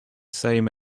same